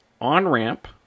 on-ramp